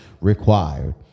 required